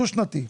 דו-שנתי.